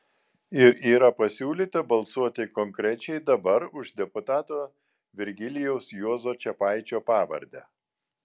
ir yra pasiūlyta balsuoti konkrečiai dabar už deputato virgilijaus juozo čepaičio pavardę